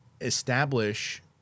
Establish